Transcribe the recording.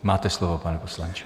Máte slovo, pane poslanče.